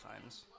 times